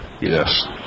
Yes